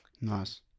Nice